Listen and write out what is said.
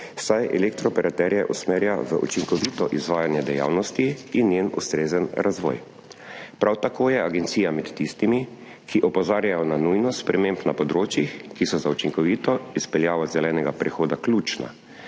saj elektrooperaterje usmerja v učinkovito izvajanje dejavnosti in njen ustrezen razvoj. Prav tako je agencija med tistimi, ki opozarjajo na nujnost sprememb na področjih, ki so za učinkovito izpeljavo zelenega prehoda ključna,